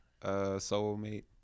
soulmate